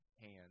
hands